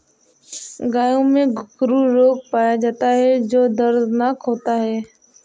गायों में गोखरू रोग पाया जाता है जो दर्दनाक होता है